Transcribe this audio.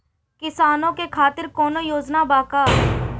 किसानों के खातिर कौनो योजना बा का?